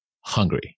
hungry